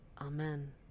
amen